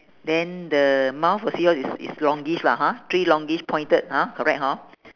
then the mouth of seahorse is is longish lah hor three longish pointed ha correct hor